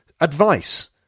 advice